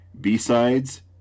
B-Sides